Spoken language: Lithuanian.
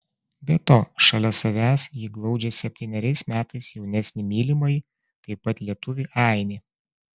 be to šalia savęs ji glaudžia septyneriais metais jaunesnį mylimąjį taip pat lietuvį ainį